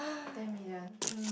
ten million